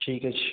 ঠিক আছে